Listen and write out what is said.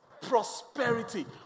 Prosperity